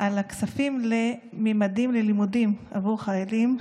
על הכספים ל"ממדים ללימודים" עבור חיילים,